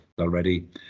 already